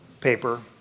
paper